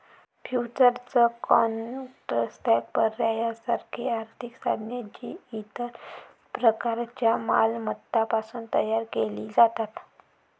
futures contracts, पर्याय यासारखी आर्थिक साधने, जी इतर प्रकारच्या मालमत्तांपासून तयार केली जातात